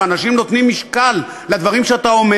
ואנשים נותנים משקל לדברים שאתה אומר.